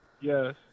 Yes